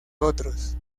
otros